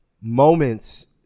moments